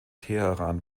teheran